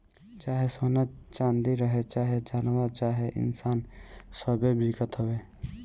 चाहे सोना चाँदी रहे, चाहे जानवर चाहे इन्सान सब्बे बिकत हवे